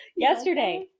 Yesterday